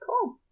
Cool